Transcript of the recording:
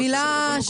מקובל.